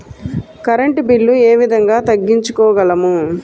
Current bill ఏ విధంగా తగ్గించుకోగలము?